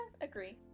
agree